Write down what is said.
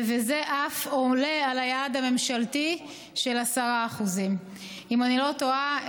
וזה אף עולה על היעד הממשלתי של 10%. אם אני לא טועה,